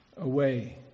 away